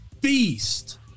beast